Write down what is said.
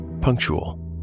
punctual